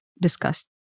discussed